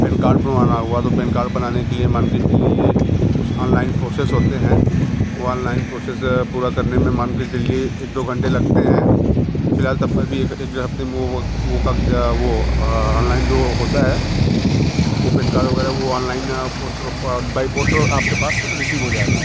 pen card बनवाना हुआ तो पेन कार्ड बनाने के लिए ये मान के चलिए कुछ आनलाइन प्रोसेस होते हैं वो आनलाइन प्रोसेस पूरा करने में मान के चलिए एक दो घंटे लगते हैं फ़िलहाल तब पर भी एक एक डेढ़ हफ़्ते में वो वो वो आनलाइन जो वो होता है वो पेन कार्ड वग़ैरह वो ऑनलाइन पोस्टर बाइ पोस्ट आप के पास रिसीव हो जाएगा